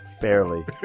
Barely